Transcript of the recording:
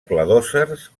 cladòcers